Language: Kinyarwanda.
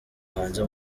hanze